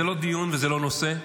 זה לא דיון וזה לא נושא.